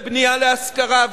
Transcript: ובנייה להשכרה,